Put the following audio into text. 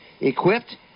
equipped